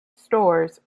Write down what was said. stores